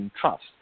trust